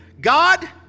God